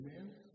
Amen